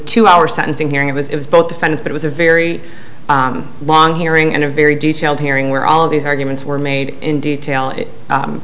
two hour sentencing hearing it was it was both defense but was a very long hearing and a very detailed hearing where all of these arguments were made in detail